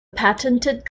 patented